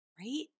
Right